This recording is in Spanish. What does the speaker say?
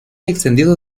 extendido